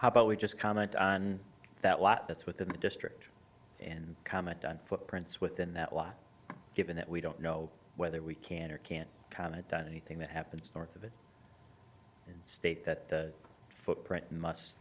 how about we just comment on that lot that's within the district and comment on footprints within that law given that we don't know whether we can or can't comment on anything that happens north of the state that footprint mu